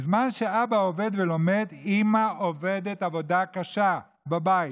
בזמן שאבא עובד ולומד, אימא עובדת עבודה קשה בבית.